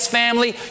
family